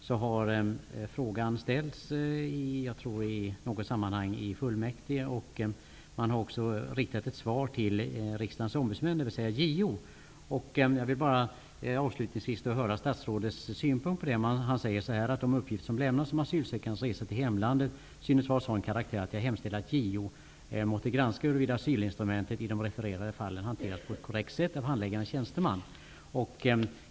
Där har frågan ställts i något sammanhang -- jag tror att det var i fullmäktige -- och man har också riktat den till Jag vill bara avslutningsvis höra statsrådets synpunkt på den skrivelse som sändes till JO enligt följande: De uppgifter som lämnas om asylsökandes resor till hemlandet synes ha en sådan karaktär att jag hemställer att JO måtte granska huruvida asylinstrumentet i de refererade fallen hanterats på ett korrekt sätt av handläggande tjänsteman.